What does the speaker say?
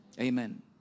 Amen